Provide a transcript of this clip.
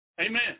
Amen